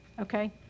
Okay